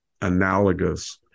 analogous